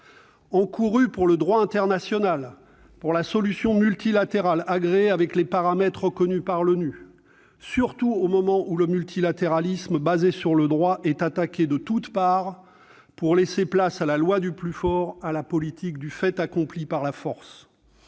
encouru par le droit international et la solution multilatérale agréée selon des paramètres reconnus par l'ONU, au moment même où le multilatéralisme fondé sur le droit est attaqué de toutes parts et laisse place à la loi du plus fort, à la politique du fait accompli par la force.